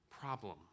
problem